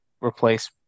replace